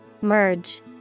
Merge